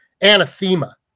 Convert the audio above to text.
anathema